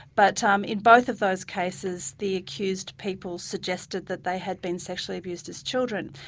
but um in both of those cases the accused people suggested that they had been sexually abused as children.